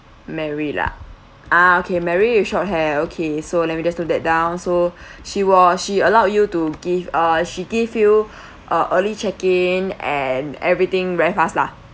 mary lah ah okay mary with short hair okay so let me just note that down so she was she allowed you to give uh she gave you a early check in and everything very fast lah